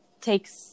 takes